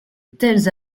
tels